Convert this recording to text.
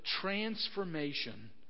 transformation